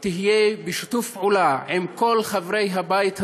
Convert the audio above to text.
תהיה בשיתוף פעולה עם כל חברי הבית הזה,